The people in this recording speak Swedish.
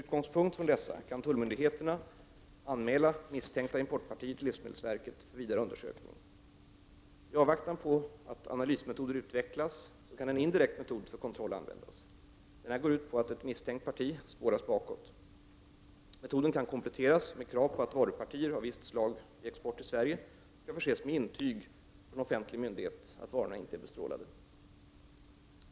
Med utgångspunkt i dessa kan tullmyndigheterna anmäla misstänkta importpartier till livsmedelsverket för vidare undersökning. I avvaktan på att analysmetoder utvecklas kan en indirekt metod för kontroll användas. Denna går ut på att ett misstänkt parti spåras bakåt. Metoden kan kompletteras med krav på att varupartier av visst slag vid export till Sverige skall förses med intyg från offentlig myndighet att varorna inte är bestrålade.